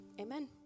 Amen